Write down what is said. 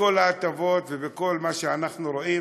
בכל ההטבות ובכל מה שאנחנו רואים,